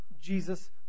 Jesus